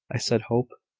said hope.